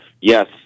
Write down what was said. Yes